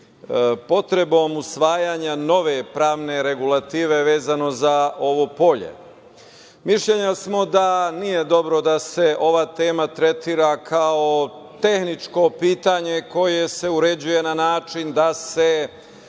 potrebom usvajanja nove pravne regulative vezano za ovo polje. Mišljenja smo da nije dobro da se ova tema tretira kao tehničko pitanje koje se uređuje na način da se